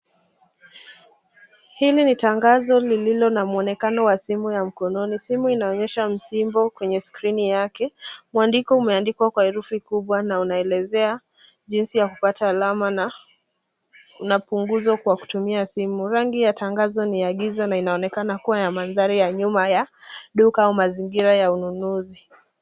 Hili ni tangazo lililo na mwonekano wa simu ya mkononi. Simu inaonyesha msimbo kwenye skrini yake, mwandiko umeandikwa kwa herufi kubwa na unaelezea jinsi ya kupata alama na una punguzo kwa kutumia simu. Rangi ya tangazo ni ya giza na inaonekana kuwa ya mandhari ya nyuma ya duka au mazingira ya ununuzi.